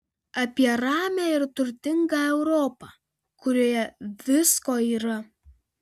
apie ramią ir turtingą europą kurioje visko yra